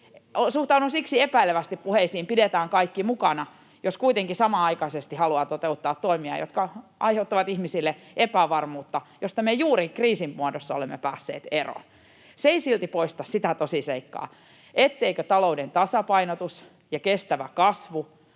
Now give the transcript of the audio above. Suhtaudun siksi epäilevästi ”pidetään kaikki mukana” -puheisiin, jos kuitenkin samanaikaisesti haluaa toteuttaa toimia, jotka aiheuttavat ihmisille epävarmuutta, josta me kriisin muodossa olemme juuri päässeet eroon. Se ei silti poista sitä tosiseikkaa, etteivätkö talouden tasapainotus ja kestävä kasvu